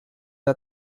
der